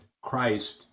Christ